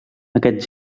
aquest